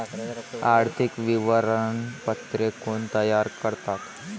आर्थिक विवरणपत्रे कोण तयार करतात?